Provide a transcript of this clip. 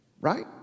Right